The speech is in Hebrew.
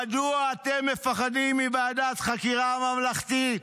מדוע אתם מפחדים מוועדת חקירה ממלכתית?"